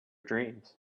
dreams